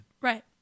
Right